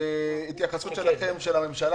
התייחסות של הממשלה,